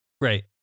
Right